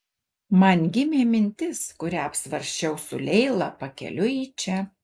man gimė mintis kurią apsvarsčiau su leila pakeliui į čia